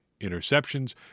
interceptions